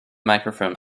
microphone